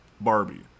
Barbie